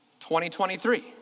2023